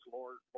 Lord